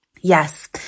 Yes